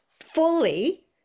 fully